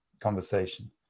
conversation